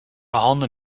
handen